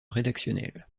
rédactionnelle